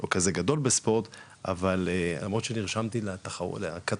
לא כזה גדול בספורט אבל למרות שנרשמתי לקט